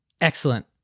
Excellent